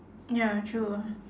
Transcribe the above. ya true ah